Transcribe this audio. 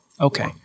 Okay